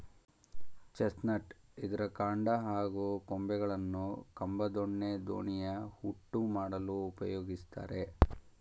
chestnut ಇದ್ರ ಕಾಂಡ ಹಾಗೂ ಕೊಂಬೆಗಳನ್ನು ಕಂಬ ದೊಣ್ಣೆ ದೋಣಿಯ ಹುಟ್ಟು ಮಾಡಲು ಉಪಯೋಗಿಸ್ತಾರೆ